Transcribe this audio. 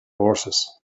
horses